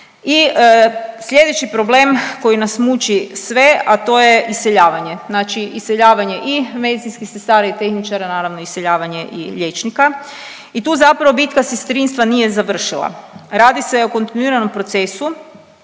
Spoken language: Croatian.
I slijedeći problem koji nas muči sve, a to je iseljavanje, znači iseljavanje i medicinskih sestra i tehničara, naravno iseljavanje i liječnika i tu zapravo bitka sestrinstva nije završila. Radi se o kontinuiranom procesu